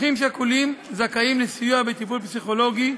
אחים שכולים זכאים לסיוע בטיפול פסיכולוגי,